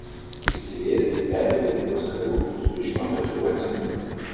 prisivėręs į veidą daugybę auskarų su ryškiom tatuiruotėm